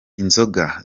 inzoga